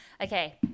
okay